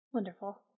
wonderful